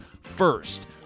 first